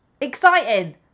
exciting